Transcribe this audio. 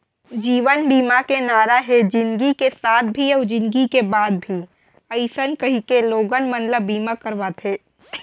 जीवन बीमा के नारा हे जिनगी के साथ भी अउ जिनगी के बाद भी अइसन कहिके लोगन मन ल बीमा करवाथे